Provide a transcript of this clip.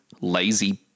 lazy